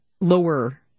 lower